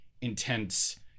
intense